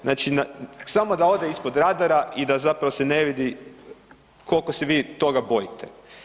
Znači samo da ode ispod radara i da zapravo se ne vidi koliko se vi toga bojite.